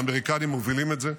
האמריקנים מובילים את זה.